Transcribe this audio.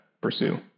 pursue